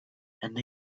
and